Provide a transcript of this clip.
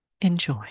Enjoy